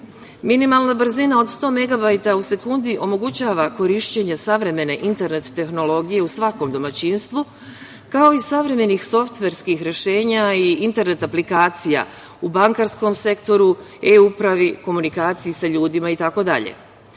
Minimalna brzina od 100 megabajta u sekundi omogućava korišćenje savremene internet tehnologije u svakom domaćinstvu kao i savremenih softverskih rešenja i internet aplikacija u bankarskom sektoru, e-Upravi, komunikaciji sa ljudima